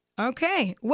Okay